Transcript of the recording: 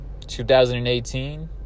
2018